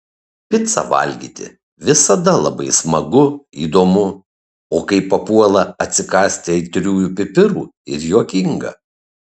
picą valgyti visada labai smagu įdomu o kai papuola atsikąsti aitriųjų pipirų ir juokinga